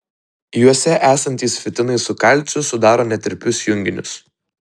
juose esantys fitinai su kalciu sudaro netirpius junginius